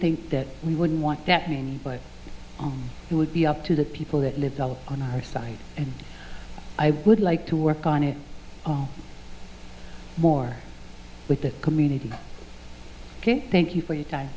think that we wouldn't want that mean but it would be up to the people that live on our side and i would like to work on it more with the community thank you for your time